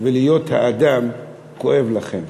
ולהיות האדם כואבים לכם?